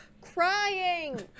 Crying